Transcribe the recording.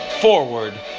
Forward